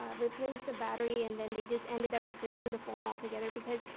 um replaced the battery and then they just ended up replacing the phone all together because,